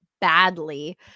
badly